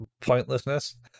pointlessness